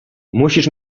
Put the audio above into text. musisz